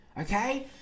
Okay